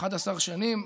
11 שנים.